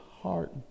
heart